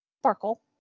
sparkle